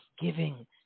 giving